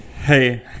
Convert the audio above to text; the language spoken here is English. Hey